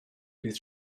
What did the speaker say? bydd